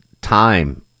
time